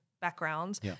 backgrounds